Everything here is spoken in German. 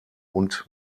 und